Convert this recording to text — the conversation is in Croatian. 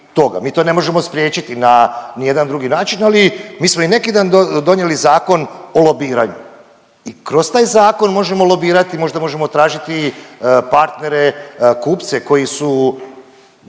mi to ne možemo spriječiti ni na jedan drugi način, ali mi smo i neki dan donijeli Zakon o lobiranju i kroz taj zakon možemo lobirati, možda možemo tražiti partnere, kupce koji su